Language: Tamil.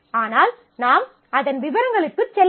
ஆனால் நாம் அதன் விவரங்களுக்கு செல்லவில்லை